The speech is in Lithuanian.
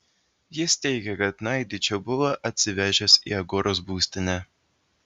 jis teigė kad naidičių buvo atsivežęs į agoros būstinę